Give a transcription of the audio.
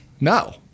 No